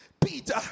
Peter